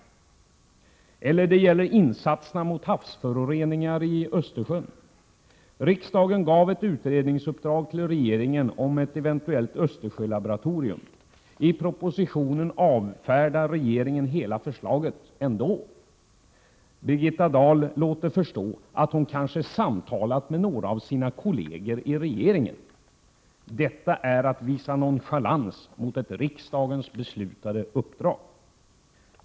Riksdagen gav regeringen i uppdrag att utreda ett eventuellt Östersjölaboratorium för att intensifiera insatserna mot havsföroreningen i Östersjön. I propositionen avfärdar regeringen ändå hela förslaget. Birgitta Dahl låter förstå att hon samtalat med några kolleger i regeringen. Detta är att visa nonchalans mot ett av riksdagen beslutat uppdrag.